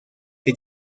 que